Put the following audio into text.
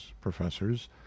professors